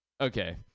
Okay